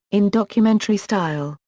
in documentary style,